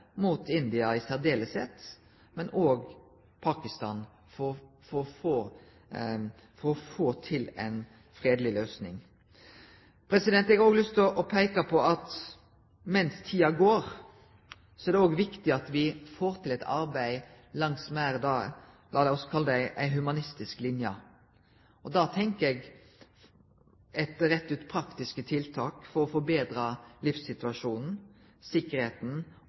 mot India, men òg mot Pakistan for å få til ei fredeleg løysing. Eg har lyst til å peike på at mens tida går, er det òg viktig at me får til eit arbeid langs med – la oss kalle det – ei humanistisk linje. Da tenkjer eg rett ut praktiske tiltak for å forbetre livssituasjonen,